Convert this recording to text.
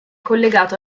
collegato